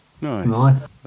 Nice